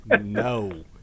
No